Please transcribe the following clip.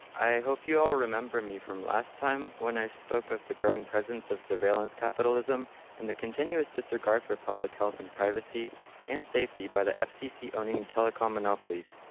i hope you all remember me from last time when i spoke of the growing presence of surveillance capitalism and the continuous disregard for public health and privacy and safety by the fcc owning telecom monopolies.